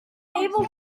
unable